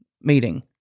meeting